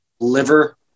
liver